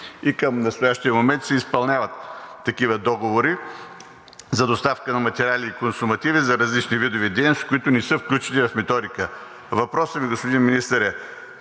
и към настоящия момент се изпълняват такива договори за доставка на материали и консумативи за различни видове дейности, които не са включени в методика. Въпросът ми, господин Министър,